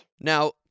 Now